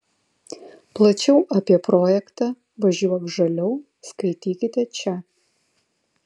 plačiau apie projektą važiuok žaliau skaitykite čia